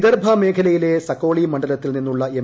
വിദർഭ മേഖലയിലെ സകോളി മണ്ഡലത്തിൽ നിന്നുള്ള എം